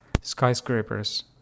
Skyscrapers